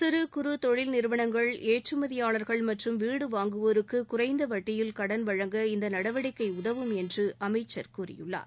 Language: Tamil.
சிறு குறு தொழில் நிறுவனங்கள் ஏற்றுமதியாளர்கள் மற்றும் வீடு வாங்குவோருக்கு குறைந்த வட்டியில் கடன் வழங்க இந்த நடவடிக்கை உதவும் என்று அமைச்சர் கூறியுள்ளார்